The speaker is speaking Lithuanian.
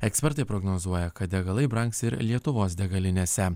ekspertai prognozuoja kad degalai brangs ir lietuvos degalinėse